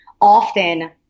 Often